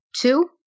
Two